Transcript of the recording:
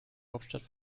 hauptstadt